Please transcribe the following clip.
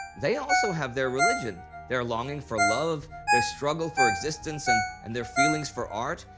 they also have their religion, their longing for love, their struggle for existence and and their feelings for art.